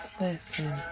Listen